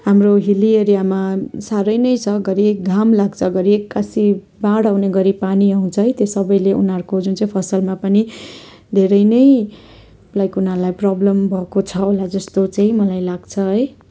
हाम्रो हिली एरियामा साह्रै नै छ घरि घाम लाग्छ घरि एक्कासी बाढ आउने घरि पानी आउँछ है त्यो सबैले उनीहरूको जुन चाहिँ फसलमा पनि धेरै नै लाइक उनीहरूलाई प्रबलम भएको छ होला जस्तो चाहिँ मलाई लाग्छ है